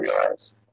realize